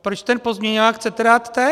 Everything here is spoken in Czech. Proč ten pozměňovák chcete dát teď?